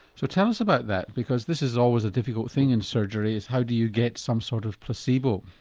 so tell us about that, because this is always a difficult thing in surgery is how do you get some sort of placebo?